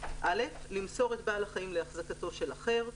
"(א) למסור את בעל החיים להחזקתו של אחר,